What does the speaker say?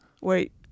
Wait